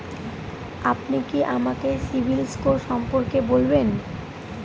আপনি কি আমাকে সিবিল স্কোর সম্পর্কে বলবেন?